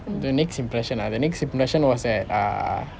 the next impression ah the next impression was at err